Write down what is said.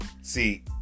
See